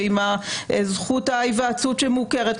ועם הזכות להיוועצות שמוכרת.